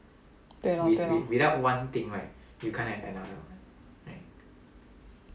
对 lor 对 lor